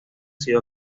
sido